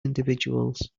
individuals